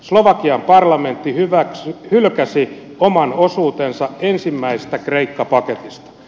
slovakian parlamentti hylkäsi oman osuutensa ensimmäisestä kreikka paketista